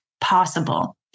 possible